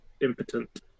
impotent